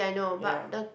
ya